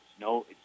no